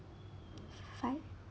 five